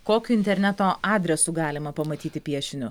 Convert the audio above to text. kokiu interneto adresu galima pamatyti piešiniu